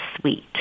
sweet